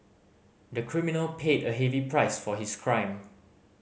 the criminal paid a heavy price for his crime